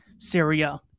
Syria